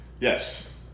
Yes